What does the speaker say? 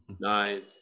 nine